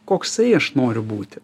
koksai aš noriu būti